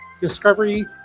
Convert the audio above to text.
discovery